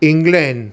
England